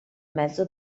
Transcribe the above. mezzo